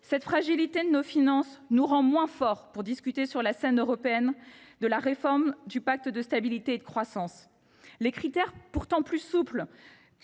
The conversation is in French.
Cette fragilité de nos finances nous rend moins forts pour discuter sur la scène européenne de la réforme du pacte de stabilité et de croissance. Les critères, pourtant plus souples,